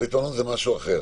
זה משהו אחר.